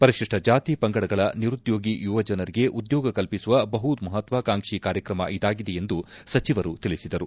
ಪರಿಶಿಷ್ಟ ಜಾತಿ ಪಂಗಡದ ನಿರುದ್ಯೋಗಿ ಯುವಜನರಿಗೆ ಉದ್ಯೋಗ ಕಲ್ಪಿಸುವ ಬಹು ಮಹತ್ವಾಕಾಂಕ್ಷಿ ಕಾರ್ಯಕ್ರಮ ಇದಾಗಿದೆ ಎಂದು ಸಚಿವರು ತಿಳಿಸಿದರು